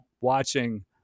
watching